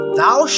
thou